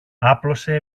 άπλωσε